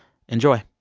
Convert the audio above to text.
enjoy